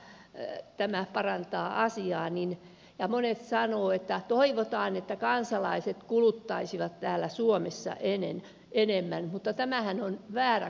puhutaan että tämä parantaa asiaa ja monet sanovat että toivotaan että kansalaiset kuluttaisivat täällä suomessa enemmän mutta tämähän on väärä kuvitelma